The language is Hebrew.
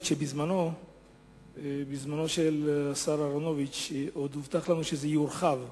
שבזמנו של השר אהרונוביץ עוד הובטח לנו שזה יורחב לגביהן.